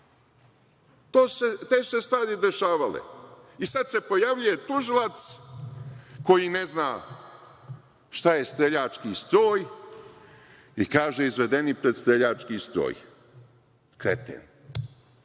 su se stvari dešavale. Sada se pojavljuje tužilac koji ne zna šta je streljački stroj i kaže – izvedeni pred streljački stroj. Kreten.